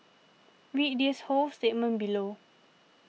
read his whole statement below